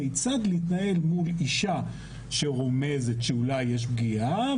כיצד להתנהל מול אישה שרומזת שאולי יש פגיעה,